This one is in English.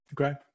Okay